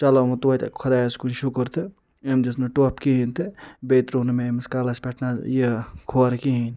چلو وۄنۍ تویتہِ خۄدایَس کُن شُکُر تہٕ أمۍ دِژ نہٕ ٹۄپھ کِہیٖنۍ تہٕ بیٚیہِ ترٛوو نہٕ مےٚ أمِس کَلس پٮ۪ٹھ نَہ یہِ کھوٚر کِہیٖنۍ